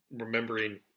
remembering